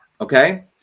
Okay